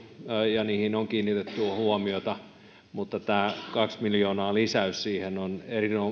ja niihin on kiinnitetty huomiota mutta tämä kahden miljoonan lisäys siihen on